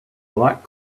lot